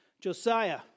Josiah